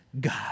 God